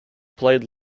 played